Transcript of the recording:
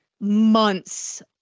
months